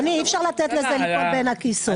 אדוני, אי-אפשר לתת לזה ליפול בין הכיסאות.